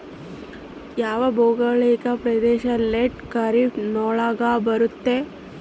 ಯಾವ ಭೌಗೋಳಿಕ ಪ್ರದೇಶ ಲೇಟ್ ಖಾರೇಫ್ ನೊಳಗ ಬರುತ್ತೆ?